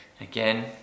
Again